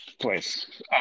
place